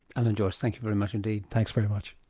alan joyce, thank you very much indeed. thanks very much.